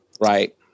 right